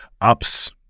ups